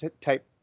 type